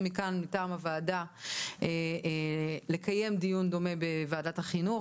מכאן מטעם הוועדה לקיים דיון דומה בוועדת החינוך,